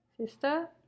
sister